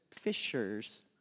fishers